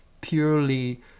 purely